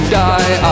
die